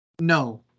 No